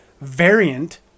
variant